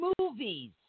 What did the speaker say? movies